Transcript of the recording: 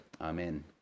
amen